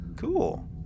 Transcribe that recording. Cool